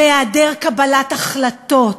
והיעדר קבלת החלטות,